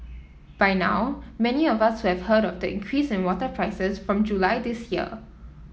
by now many of us will have heard of the increase in water prices from July this year